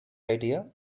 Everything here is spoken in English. idea